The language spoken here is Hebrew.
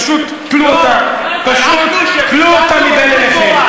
פשוט טלו אותה, טלו אותה מבין עיניכם.